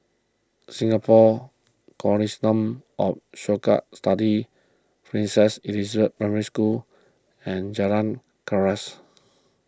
Singapore Consortium of Cohort Studies Princess Elizabeth Primary School and Jalan Unggas